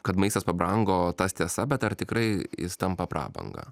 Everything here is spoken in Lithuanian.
kad maistas pabrango tas tiesa bet ar tikrai jis tampa prabanga